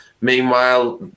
Meanwhile